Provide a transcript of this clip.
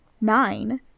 nine